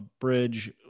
bridge